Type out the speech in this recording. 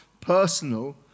personal